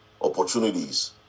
opportunities